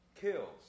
kills